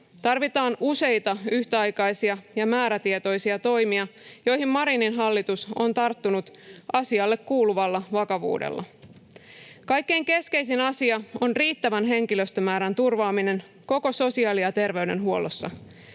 Tarvitaan useita yhtäaikaisia ja määrätietoisia toimia, joihin Marinin hallitus on tarttunut asiaan kuuluvalla vakavuudella. Kaikkein keskeisin asia on riittävän henkilöstömäärän turvaaminen koko sosiaali- ja terveydenhuollossa.